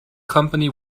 company